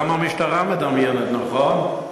גם המשטרה מדמיינת, נכון?